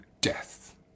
death